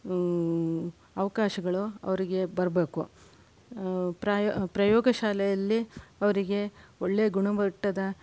ಅವಕಾಶಗಳು ಅವರಿಗೆ ಬರ್ಬೇಕು ಪ್ರಾಯೋ ಪ್ರಯೋಗ ಶಾಲೆಯಲ್ಲಿ ಅವರಿಗೆ ಒಳ್ಳೆಯ ಗುಣಮಟ್ಟದ